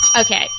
Okay